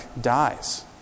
dies